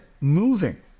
moving